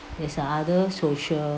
there's other social